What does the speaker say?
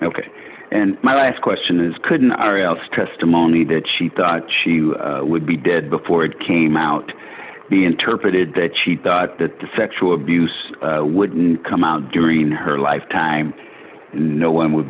ok and my last question is couldn't are else testimony that she thought she would be dead before it came out be interpreted that she thought that the sexual abuse wouldn't come out during her lifetime and no one would